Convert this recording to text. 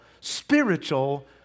spiritual